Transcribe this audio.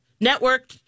network